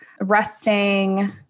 resting